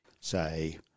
say